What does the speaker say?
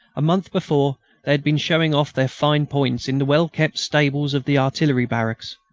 a month before they had been showing off their fine points in the well-kept stables of the artillery barracks.